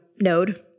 Node